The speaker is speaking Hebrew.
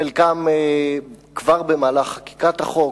חלקם כבר במהלך חקיקת החוק,